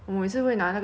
if not it's like so